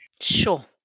Sure